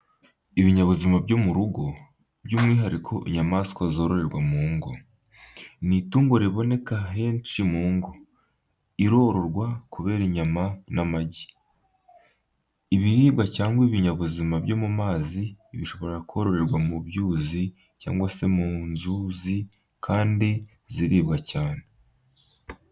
Ibinyabuzima byo mu rugo, by’umwihariko inyamaswa zororerwa mu ngo. Ni itungo riboneka henshi mu ngo. Irororwa kubera inyama n’amagi. ibiribwa cyangwa ibinyabuzima byo mu mazi zishobora kororerwa mu byuzi cyangwa se mu nzuzi, kandi ziribwa cyane.